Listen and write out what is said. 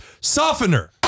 softener